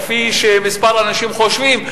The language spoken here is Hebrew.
כפי שכמה אנשים חושבים,